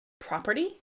property